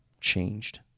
changed